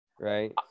Right